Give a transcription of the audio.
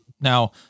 Now